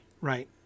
right